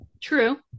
True